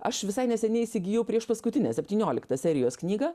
aš visai neseniai įsigijau priešpaskutinę septynioliktą serijos knygą